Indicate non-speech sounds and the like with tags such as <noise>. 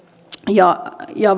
ja ja <unintelligible>